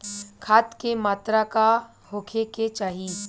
खाध के मात्रा का होखे के चाही?